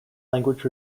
language